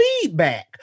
feedback